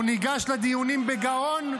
הוא ניגש לדיונים בגאון,